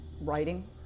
writing